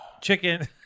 chicken